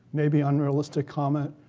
maybe unrealistic comment.